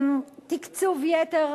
תקצוב יתר,